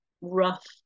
rough